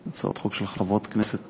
והצעות חוק של חברות כנסת